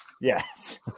yes